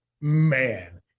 man